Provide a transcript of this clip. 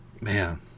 Man